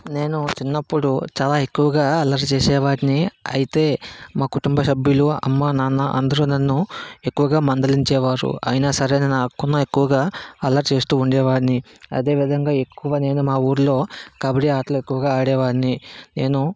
నేను చిన్నప్పుడు చాలా ఎక్కువగా అల్లరి చేసే వాన్ని అయితే మా కుటుంబ సభ్యులు అమ్మ నాన్న అందరూ నన్ను ఎక్కువగా మందలించేవారు అయినా సరే నేను అక్కుమ ఎక్కువగా అల్లరి చేస్తూ ఉండేవాడిని అదే విధంగా ఎక్కువ నేను మా ఊర్లో కబడ్డీ ఆటలు ఎక్కువ ఆడేవాడిని నేను